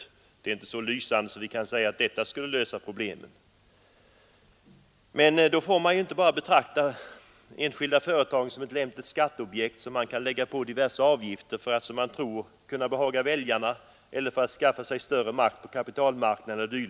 Resultatet är inte så lysande att vi kan hoppas lösa problemen den vägen. Man får inte betrakta enskilda företag bara som lämpliga skatteobjekt, som man kan lägga diverse avgifter på för att — som man tror — behaga väljarna eller för att skaffa sig större makt på kapitalmarknaden e. d.